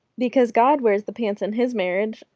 because god wears the pants in his marriage!